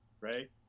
right